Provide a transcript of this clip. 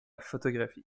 photographie